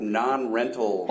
non-rental